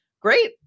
Great